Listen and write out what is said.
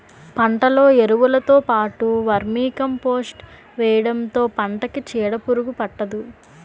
పంటలో ఎరువులుతో పాటు వర్మీకంపోస్ట్ వేయడంతో పంటకి చీడపురుగు పట్టదు